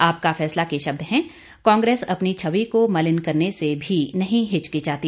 आपका फैसला के शब्द हैं कांग्रेस अपनी छवि को मलिन करने से भी नहीं हिचकिचाती